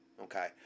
Okay